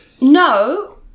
No